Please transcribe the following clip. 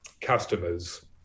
customers